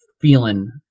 feeling